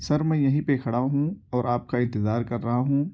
سر میں یہیں پہ کھڑا ہوں اور آپ کا انتظار کر رہا ہوں